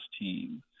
team